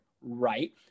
right